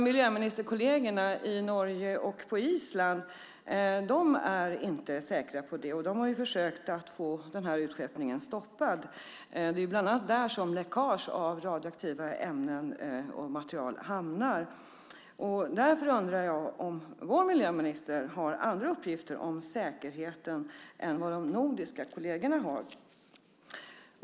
Miljöministerkollegerna i Norge och på Island är inte säkra på det. De har försökt att få utskeppningen stoppad. Det är ju bland annat i Norge och på Island som läckage av radioaktiva ämnen och material hamnar. Därför undrar jag om vår miljöminister har andra uppgifter om säkerheten än de nordiska kollegerna har.